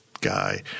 guy